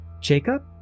Jacob